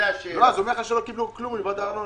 לא, הוא אומר לך שלא קיבלו כלום מלבד הארנונה.